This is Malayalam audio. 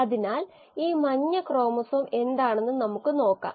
കൃത്രിമ അവയവങ്ങളെക്കുറിച്ച് നിങ്ങൾ കേട്ടിരിക്കുമെന്ന് എനിക്ക് ഉറപ്പുണ്ട്